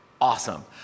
Awesome